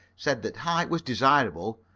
said that height was desirable,